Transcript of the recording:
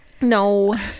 no